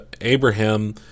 Abraham